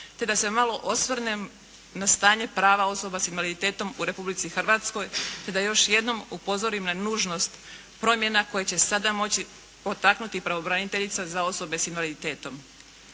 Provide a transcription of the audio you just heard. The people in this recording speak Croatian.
te da se malo osvrnem na stanje prava osoba sa invaliditetom u Republici Hrvatskoj, te da još jednom upozorim na nužnost promjena koje će sada moći potaknuti pravobraniteljica za osobe sa invaliditetom.